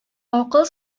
акыл